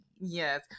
Yes